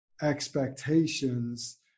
expectations